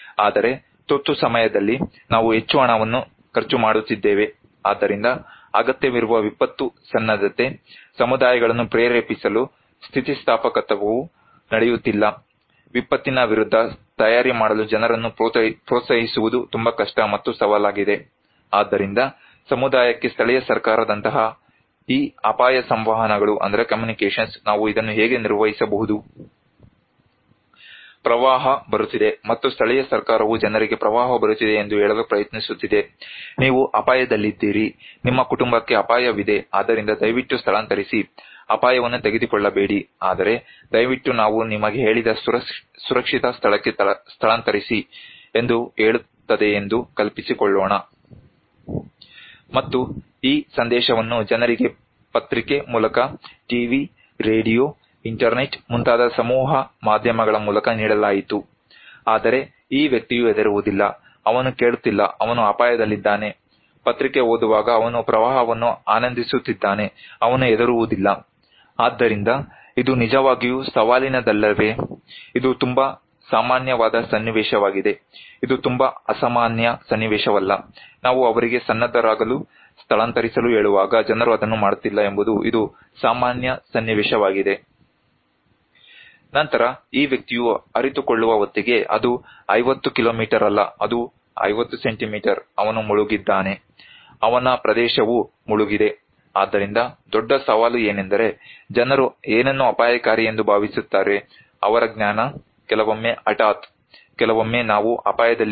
ಆದರೆ ತುರ್ತು ಸಮಯದಲ್ಲಿ ನಾವು ಹೆಚ್ಚು ಹಣವನ್ನು ಖರ್ಚು ಮಾಡುತ್ತಿದ್ದೇವೆ